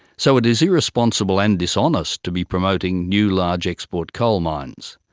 so it is irresponsible and dishonest to be promoting new large export coal mines.